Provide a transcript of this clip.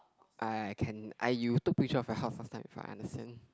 I can I you took the speeches of your house before you understand